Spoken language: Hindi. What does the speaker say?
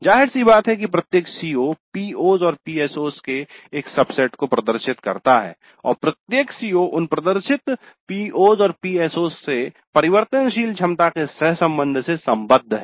जाहिर सी बात है प्रत्येक CO PO's और PSO's के एक सबसेट को प्रदर्शित करता है और प्रत्येक CO उन प्रदर्शित PO's और PSO's से परिवर्तनशील क्षमता के सहसंबंध से सम्बद्ध हैं